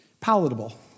palatable